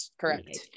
correct